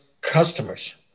customers